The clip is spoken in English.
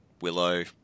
Willow